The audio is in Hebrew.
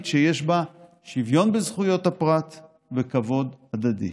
שיש בה שוויון בזכויות הפרט וכבוד הדדי.